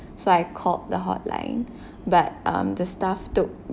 so I called the hotline but um the staff took